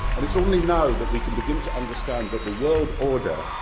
and it's only now that we can begin to understand that the world order.